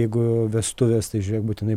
jeigu vestuvės tai žiūrėk būtinai